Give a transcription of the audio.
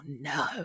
no